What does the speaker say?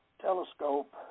Telescope